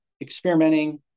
experimenting